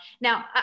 Now